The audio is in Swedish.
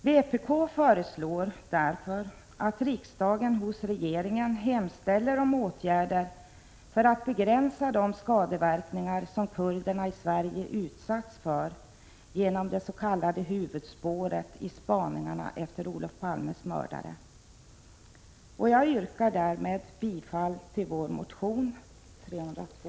Vpk föreslår att riksdagen hos regeringen hemställer om åtgärder för att begränsa de skadeverkningar som kurderna i Sverige utsatts för genom det s.k. huvudspåret i spaningarna efter Olof Palmes mördare. Jag yrkar därmed bifall till vår motion Ju302.